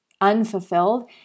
unfulfilled